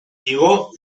igo